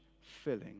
filling